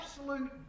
absolute